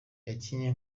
yakinnye